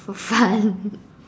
for fun